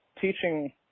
teaching